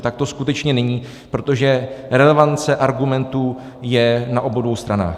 Tak to skutečně není, protože relevance argumentů je na obou dvou stranách.